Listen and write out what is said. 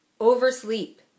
Oversleep